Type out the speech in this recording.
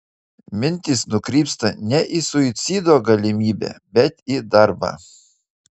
mintys nukrypsta ne į suicido galimybę bet į darbą